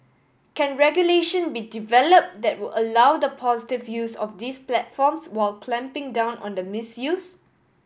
can regulation be developed that will allow the positive use of these platforms while clamping down on the misuse